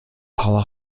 paula